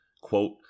Quote